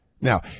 Now